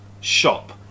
shop